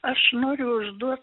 aš noriu užduot